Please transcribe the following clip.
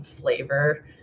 flavor